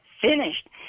finished